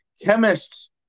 chemists